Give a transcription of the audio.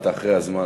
אתה אחרי הזמן.